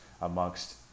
amongst